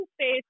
space